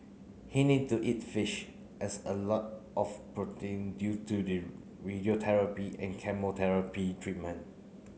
he need to eat fish as a lot of protein due to the radiotherapy and chemotherapy treatment